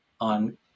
on